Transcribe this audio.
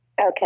Okay